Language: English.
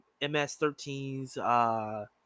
MS-13s